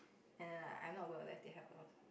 ya ya ya I'm not gonna let it happen also